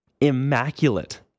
immaculate